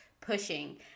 pushing